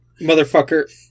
motherfucker